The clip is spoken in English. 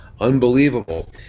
unbelievable